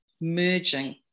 merging